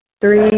Three